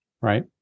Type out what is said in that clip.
right